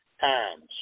times